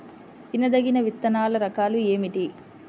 తినదగిన విత్తనాల రకాలు ఏమిటి?